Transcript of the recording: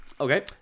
Okay